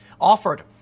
offered